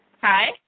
Hi